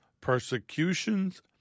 persecutions